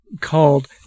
called